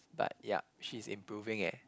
but yup she's improving eh